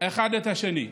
אחת את השנייה,